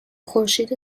خورشید